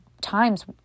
times